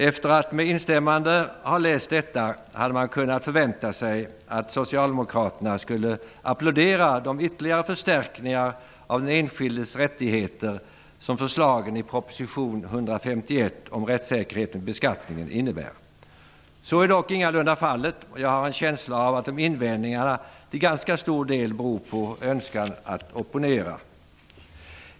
Efter att med instämmande ha läst detta hade man kunnat förvänta sig att Socialdemokraterna skulle applådera de ytterligare förstärkningar av den enskildes rättigheter som förslagen i proposition Så är dock ingalunda fallet, och jag har en känsla av att invändningarna till ganska stor del beror på önskan att opponera.